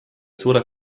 suure